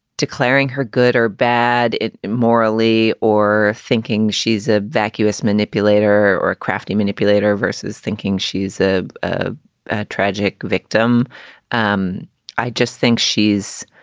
declaring her good or bad morally or thinking she's a vacuous manipulator or a crafty manipulator versus thinking she's a ah a tragic victim um i just think she's